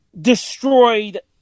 destroyed